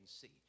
see